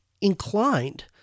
inclined